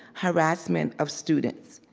harassment of students.